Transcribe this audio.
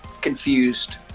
confused